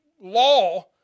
law